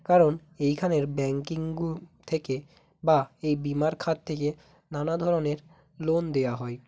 কারণ এইখানের ব্যাংকিংগুলো থেকে বা এই বিমার খাত থেকে নানা ধরনের লোন দেওয়া হয়